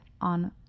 on